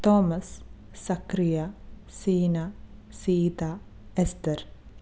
Thomas Zacharia Seena Seetha Esther